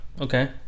Okay